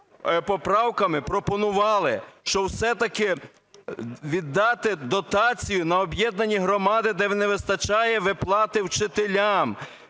поправками пропонували, щоб все-таки віддати дотацію на об'єднані громади, де не вистачає виплати вчителям,